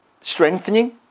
strengthening